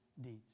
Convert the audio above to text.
deeds